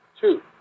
two